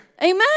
Amen